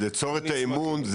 ליצור את האמון,